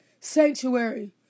sanctuary